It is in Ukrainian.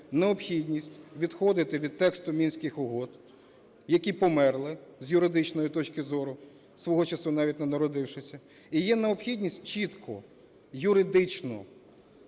необхідність відходити від тексту Мінських угод, які "померли", з юридичної точки зору, свого часу навіть не народившись, і є необхідність чітко юридично,